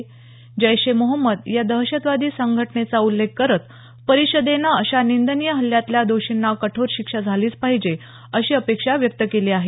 जैश ए मोहम्मद या दहशतवादी संघटनेचा उल्लेख करत परिषदेनं अशा नींदनीय हल्ल्यातल्या दोषींना कठोर शिक्षा झाली पाहिजे अशी अपेक्षा व्यक्त केली आहे